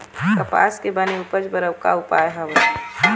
कपास के बने उपज बर अउ का का उपाय हवे?